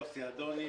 אני יוסי אדוני,